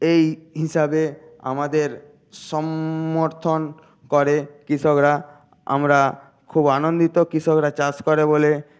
এই হিসাবে আমাদের করে কিষকরা আমরা খুব আনন্দিত কিষকরা চাষ করে বলে